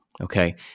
Okay